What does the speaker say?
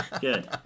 Good